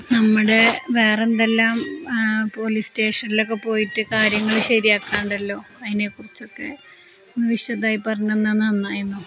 നമ്മുടെ വേറെന്തെല്ലാം പോലീസ് സ്റ്റേഷനിലൊക്കെ പോയിട്ട് കാര്യങ്ങൾ ശരിയാക്കാനുണ്ടല്ലോ അതിനെക്കുറിച്ചൊക്കെ വിശദമായി പറഞ്ഞു തന്നാൽ നന്നായിരുന്നു